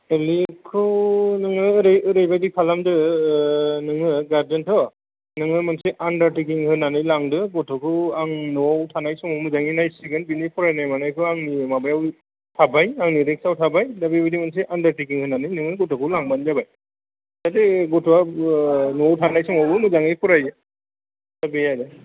लिभखौ नोङो ओरै बायदि खालामदो नोङो गारजेनथ' नोङो मोनसे आनदार टेकिं होन्नानै लांदो गथ'खौ आं न'आव थानाय समाव मोजाङै नायसिगोन बिनि फरायनाय मानायखौ आङो माबायाव हाबबाय आं नि रिख्साव थाबाय होन्नानै आनदार टेकिं होन्नानै लांबानो जाबाय जाहाथे गथ'आ न'आव थानाय समावबो मोजां फरायनायो बे आरो